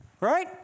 Right